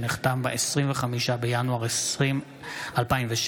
שנחתם ב-25 בינואר 2006. תודה.